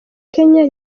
kenya